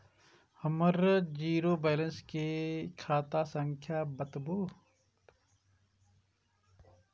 हमर zero balance के खाता संख्या बतबु?